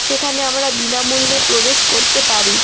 সেখানে আমরা বিনামূল্যে প্রবেশ করতে পারি